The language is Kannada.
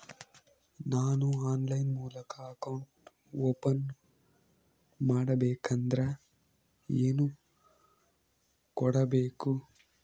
ನಾವು ಆನ್ಲೈನ್ ಮೂಲಕ ಅಕೌಂಟ್ ಓಪನ್ ಮಾಡಬೇಂಕದ್ರ ಏನು ಕೊಡಬೇಕು?